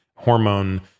Hormone